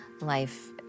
life